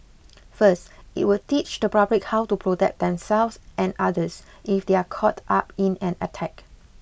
first it will teach the public how to protect themselves and others if they are caught up in an attack